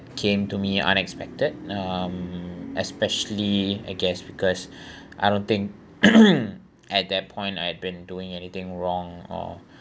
came to me unexpected um especially I guess because I don't think at that point I'd been doing anything wrong or